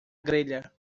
grelha